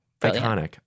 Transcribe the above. Iconic